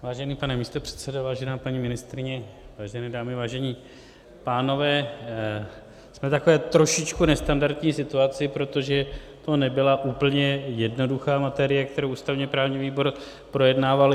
Vážený pane místopředsedo, vážená paní ministryně, vážené dámy, vážení pánové, jsme v takové trošičku nestandardní situaci, protože to nebyla úplně jednoduchá materie, kterou ústavněprávní výbor projednával.